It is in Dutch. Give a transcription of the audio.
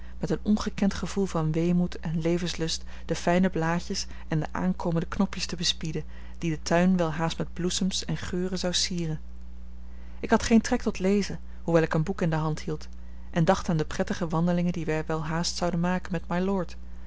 met een ongekend gevoel van weemoed en levenslust de fijne blaadjes en de aankomende knopjes te bespieden die den tuin welhaast met bloesems en geuren zou sieren ik had geen trek tot lezen hoewel ik een boek in de hand hield en dacht aan de prettige wandelingen die wij welhaast zouden maken met mylord